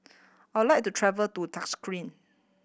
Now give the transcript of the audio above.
I would like to travel to